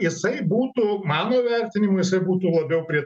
jisai būtų mano vertinimu jisai būtų labiau prie